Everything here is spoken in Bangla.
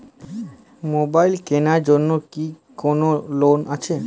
মোবাইল কেনার জন্য কি কোন লোন আছে?